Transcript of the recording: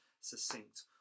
succinct